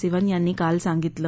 सिवन यांनी काल सांगितलं